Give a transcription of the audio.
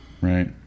right